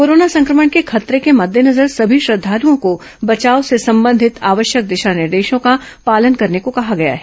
corona संक्रमण के खतरे के मद्देनजर सभी श्रद्धालओं को बचाव से संबंधित आवश्यक दिशा निर्देशों का पालन करने को कहा गया है